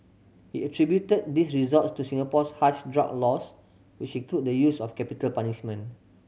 he attributed these results to Singapore's harsh drug laws which include the use of capital punishment